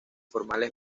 formales